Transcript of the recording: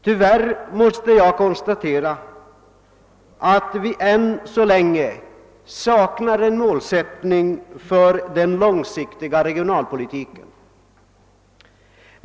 Tyvärr måste jag konstatera ati vi ännu så länge saknar en målsättning för den långsiktiga regionpolitiken.